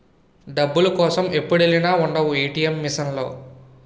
డబ్బుల కోసం ఎప్పుడెల్లినా ఉండవు ఏ.టి.ఎం మిసన్ లో